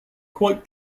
quite